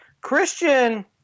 Christian